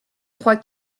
trois